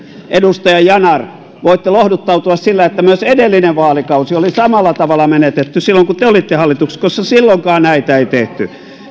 edelleen edustaja yanar voitte lohduttautua sillä että myös edellinen vaalikausi oli samalla tavalla menetetty silloin kun te olitte hallituksessa koska silloinkaan näitä ei tehty